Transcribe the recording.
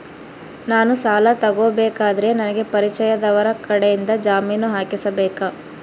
ನಾನು ಸಾಲ ತಗೋಬೇಕಾದರೆ ನನಗ ಪರಿಚಯದವರ ಕಡೆಯಿಂದ ಜಾಮೇನು ಹಾಕಿಸಬೇಕಾ?